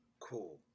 Cool